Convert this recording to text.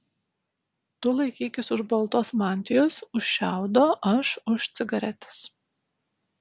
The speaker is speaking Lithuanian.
tu laikykis už baltos mantijos už šiaudo aš už cigaretės